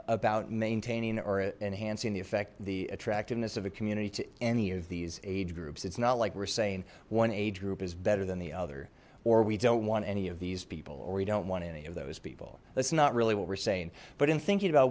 about maintaining or enhancing the effect the attractiveness of a community to any of these aid groups it's not like we're saying one age group is better than the other or we don't want any of these people or we don't want any of those people that's not really what we're saying but in thinking about